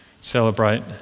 celebrate